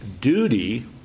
duty